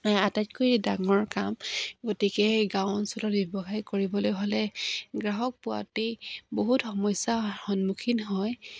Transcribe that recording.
আটাইতকৈ ডাঙৰ কাম গতিকে গাঁও অঞ্চলত ব্যৱসায় কৰিবলৈ হ'লে গ্ৰাহক পোৱাতে বহুত সমস্যা সন্মুখীন হয়